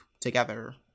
together